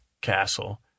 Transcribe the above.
castle